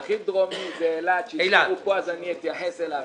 הכי דרומי זה אילת שהזכירו פה, אז אתייחס אליו.